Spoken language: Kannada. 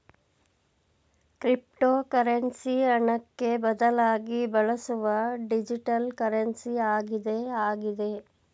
ಕ್ರಿಪ್ಟೋಕರೆನ್ಸಿ ಹಣಕ್ಕೆ ಬದಲಾಗಿ ಬಳಸುವ ಡಿಜಿಟಲ್ ಕರೆನ್ಸಿ ಆಗಿದೆ ಆಗಿದೆ